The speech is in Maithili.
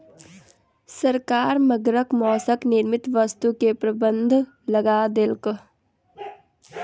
सरकार मगरक मौसक निर्मित वस्तु के प्रबंध लगा देलक